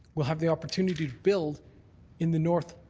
we'll have the opportunity to build in the north,